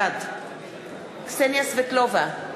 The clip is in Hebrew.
בעד קסניה סבטלובה,